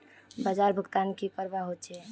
बाजार भुगतान की करवा होचे?